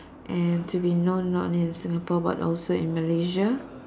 and to be known not in Singapore but also in Malaysia